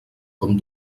com